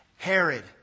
Herod